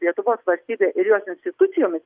lietuvos valstybe ir jos institucijomis